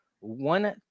one